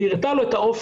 היא הראתה לו את האופק,